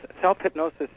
self-hypnosis